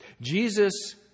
Jesus